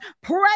Pray